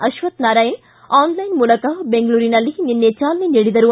Ashwathnarayan online ಮೂಲಕ ಬೆಂಗಳೂರಿನಲ್ಲಿ ನಿನ್ನ ಚಾಲನೆ ನೀಡಿದರು